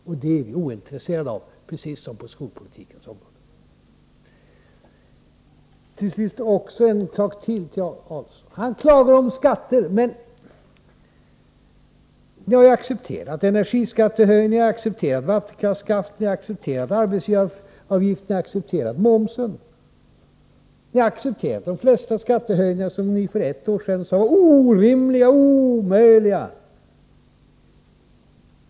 Och detta är vi ointresserade av, precis som på skolpolitikens område. Vidare till herr Adelsohn, som klagade över skatter: Ni har accepterat energiskattehöjningar, ni har accepterat vattenkraftskatt, ni har accepterat arbetsgivaravgifter, ni har accepterat momsen. Ni har accepterat de flesta skattehöjningar som ni för ett år sedan sade var orimliga och omöjliga!